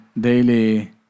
daily